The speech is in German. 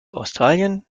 australien